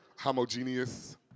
Homogeneous